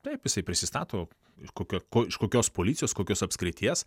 taip jisai prisistato iš kokio ko iš kokios policijos kokios apskrities